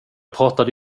pratade